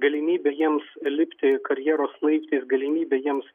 galimybė jiems lipti karjeros laiptais galimybė jiems